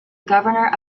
governor